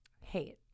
Hate